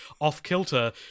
off-kilter